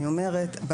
אני אומרת,